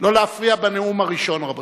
לא להפריע בנאום הראשון, רבותי.